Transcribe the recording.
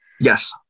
yes